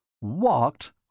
Walked